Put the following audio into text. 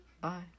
Bye